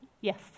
Yes